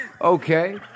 okay